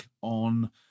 on